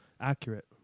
accurate